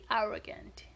arrogant